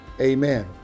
Amen